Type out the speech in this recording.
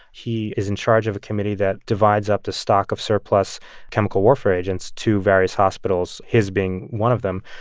he is in charge of a committee that divides up the stock of surplus chemical warfare agents to various hospitals, his being one of them.